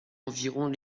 environ